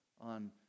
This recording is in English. on